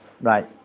right